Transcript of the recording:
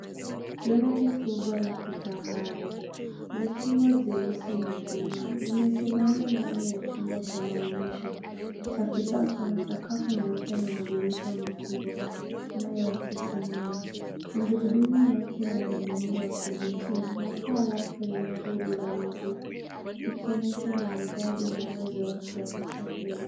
Gari kubwa la kifahari likiwa jeusi na kung'aa. Limesimama ndani ya chumba cha maonyesho cha kisasa na sakafu nyeupe na madirisha makubwa yanayoakisi mwanga. Magurudumu yake yana muundo wa kuvutia na paa lake lina reli la mizigo likionyesha umaridadi na uwezo wake wa kusafiri.